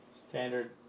Standard